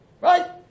Right